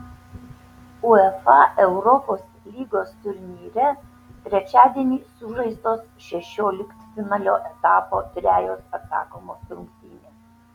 uefa europos lygos turnyre trečiadienį sužaistos šešioliktfinalio etapo trejos atsakomos rungtynės